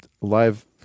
live